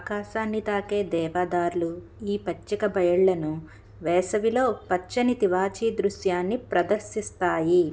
ఆకాశాన్ని తాకే దేవదార్లు ఈ పచ్చిక బయళ్ళను వేసవిలో పచ్చని తివాచీ దృశ్యాన్ని ప్రదర్శిస్తాయి